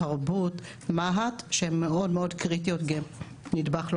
משרד התרבות ומה"ט שהם מאוד קריטיות ונדבך לא